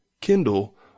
Kindle